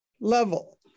level